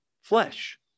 flesh